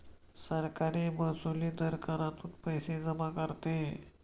सरकार महसुली दर करातून पैसे जमा करते